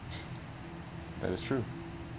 that was true